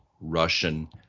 Russian